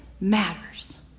matters